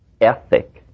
ethic